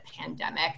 pandemic